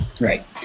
Right